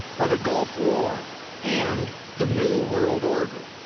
by the gulf war and the new world order,